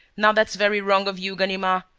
now that's very wrong of you, ganimard.